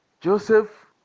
joseph